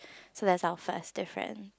so that's our first difference